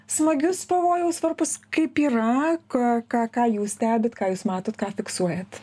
smagius pavojaus varpus kaip yra ką ką ką jūs stebit ką jūs matot ką fiksuojat